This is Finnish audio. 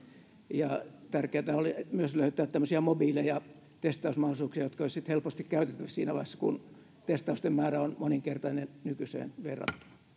ja tärkeätä olisi myös löytää tämmöisiä mobiileja testausmahdollisuuksia jotka olisivat sitten helposti käytettävissä siinä vaiheessa kun testausten määrä on moninkertainen nykyiseen